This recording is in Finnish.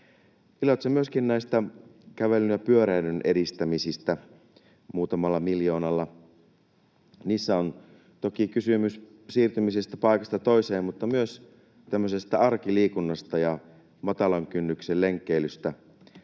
Iloitsen myöskin näistä kävelyn ja pyöräilyn edistämisistä muutamalla miljoonalla. Niissä on toki kysymys siirtymisestä paikasta toiseen mutta myös arkiliikunnasta ja matalan kynnyksen lenkkeilystä,